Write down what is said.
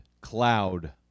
cloud